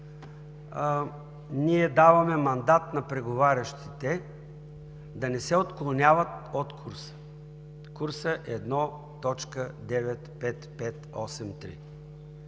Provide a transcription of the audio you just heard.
ние даваме мандат на преговарящите да не се отклоняват от курса 1.95583.